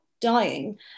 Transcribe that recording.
dying